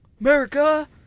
America